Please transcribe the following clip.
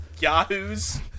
yahoos